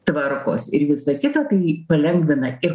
tvarkos ir visa kita tai palengvina ir